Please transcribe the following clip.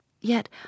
Yet